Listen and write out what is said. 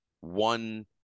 one –